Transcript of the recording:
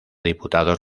diputados